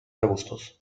arbustos